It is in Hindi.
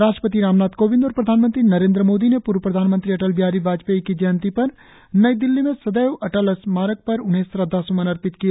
राष्ट्रपति रामनाथ कोविंद और प्रधानमंत्री नरेन्द्र मोदी ने पूर्व प्रधानमंत्री अटल बिहारी वाजपेयी की जयंती पर नई दिल्ली में सदैव अटल स्मारक पर उन्हे श्रद्धांस्मन अर्पित किए